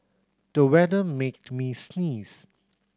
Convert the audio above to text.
the weather made me sneeze